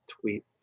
tweet